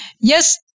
yes